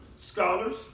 scholars